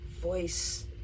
voice